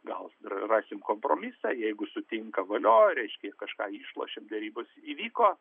gal rasim kompromisą jeigu sutinka valio reiškia kažką išlošėm derybos įvyko